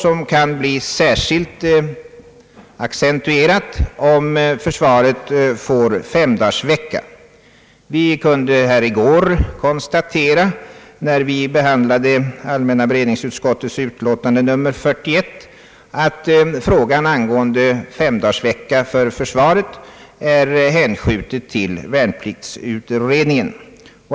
Detta torde bli särskilt angeläget när försvaret får femdagarsvecka. Vi kunde i går konstatera, när vi behandlade allmänna beredningsutskottets utlåtande nr 41, att frågan om femdagarsvecka för försvaret är hänskjuten till värnpliktsutredningen.